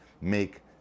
make